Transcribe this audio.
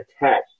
attached